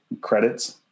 credits